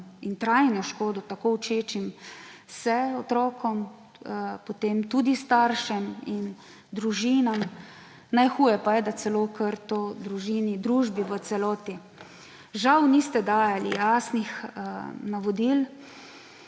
in trajno škodo tako učečim se otrokom, potem tudi staršem in družinam, najhuje pa je, da celo kar družbi v celoti. Žal niste dajali jasnih navodil,